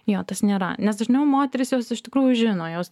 jo tas nėra nes dažniau moterys jos iš tikrųjų žino jos